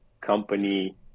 company